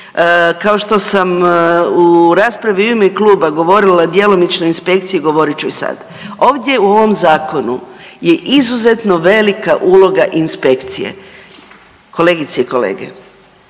Kao što sam u raspravi u ime kluba govorila o djelomičnoj inspekciji, govorit ću i sad. Ovdje u ovom Zakonu je izuzetno velika uloga inspekcije, kolegice i kolege.